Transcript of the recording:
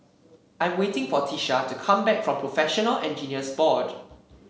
I'm waiting for Tisha to come back from Professional Engineers Board